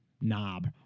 knob